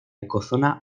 ecozona